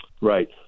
Right